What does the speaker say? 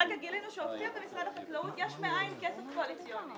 כרגע גילינו שהופיע במשרד החקלאות יש מאין כסף קואליציוני.